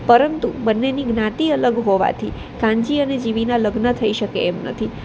પરંતુ બંનેની જ્ઞાતી અલગ હોવાથી કાનજી અને જીવીના લગ્ન થઈ શકે એમ નથી